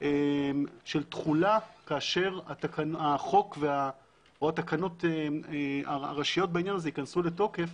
של תחולה כאשר החוק או התקנות הראשיות בעניין הזה ייכנסו לתוקף,